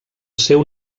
seu